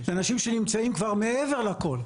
וזו הזדמנות לקרוא,